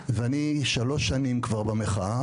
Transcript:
ואני שלוש שנים כבר במחאה,